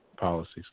policies